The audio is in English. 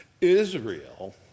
Israel